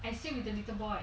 I think the little boy